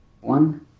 One